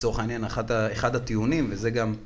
לצורך העניין אחד הטיעונים וזה גם